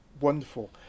wonderful